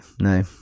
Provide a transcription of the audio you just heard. No